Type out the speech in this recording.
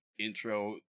Intro